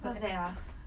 what's that ah